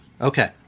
Okay